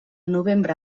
novembre